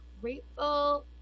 grateful